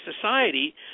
society